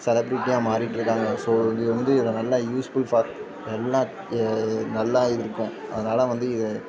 செலபிரிட்டியாக மாறிட்டு இருக்காங்க ஸோ இது வந்து இதை நல்லா யூஸ் ஃபுல் ஃபார் நல்லா நல்லா இருக்கும் அதனால வந்து இது